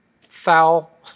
Foul